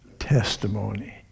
Testimony